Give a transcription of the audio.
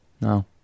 No